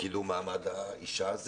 וקידום מעמד האישה.